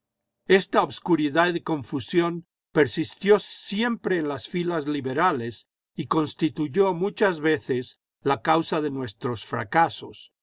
esta obscuridad y confusión persistió siempre en las filas liberales y constituyó muchas veces la causa de nuestros fracasos